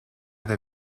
del